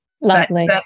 lovely